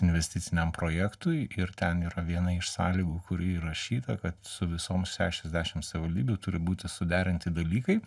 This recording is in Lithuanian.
investiciniam projektui ir ten yra viena iš sąlygų kuri įrašyta kad su visoms šešiasdešim savivaldybių turi būti suderinti dalykai